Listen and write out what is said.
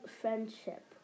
friendship